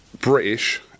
British